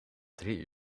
drie